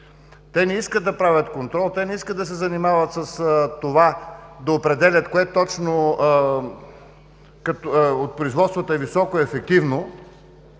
Те не искат да правят контрол, те не искат да се занимават с това да определят кое точно от производствата е високоефективно.